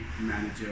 manager